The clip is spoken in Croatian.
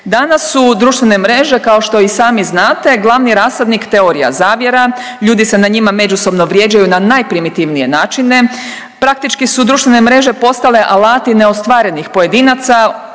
Danas su društvene mreže kao što i sami znate glavni rasadnik teorija zavjera, ljudi se na njima međusobno vrijeđaju na najprimitivnije načine. Praktički su društvene mreže postale alati neostvarenih pojedinaca,